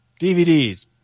DVDs